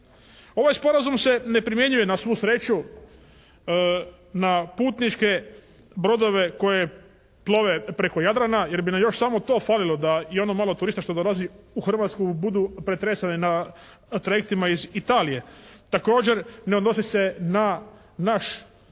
Ovaj Sporazum se ne primjenjuje na svu sreću na putničke brodove koji plove preko Jadrana, jer bi nam još samo to falilo da i ono malo turista što dolazi u Hrvatsku budu pretreseni na trajektima iz Italije. Također ne odnosi se na naš